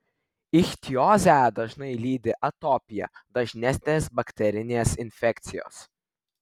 ichtiozę dažnai lydi atopija dažnesnės bakterinės infekcijos